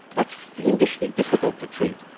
that's fiendishly difficult to treat.